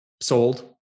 sold